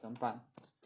怎么办